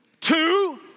Two